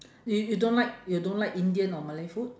you you don't like you don't like indian or malay food